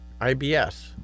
IBS